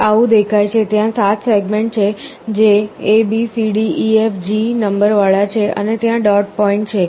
તે આવું દેખાય છે ત્યાં 7 સેગમેન્ટ્સ છે જે A B C D E F G નંબરવાળા છે અને ત્યાં ડોટ પૉઇન્ટ છે